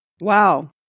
Wow